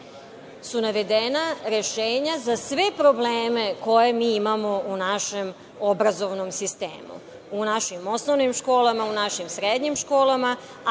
su navedena rešenja za sve probleme koje mi imamo u našem obrazovnom sistemu, u našim osnovnim školama, u našim srednjim školama,